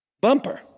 bumper